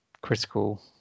critical